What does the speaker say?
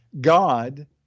God